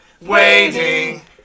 waiting